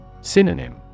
Synonym